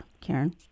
Karen